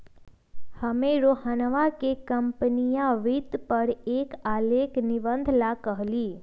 हम्मे रोहनवा के कंपनीया वित्त पर एक आलेख निबंध ला कहली